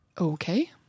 Okay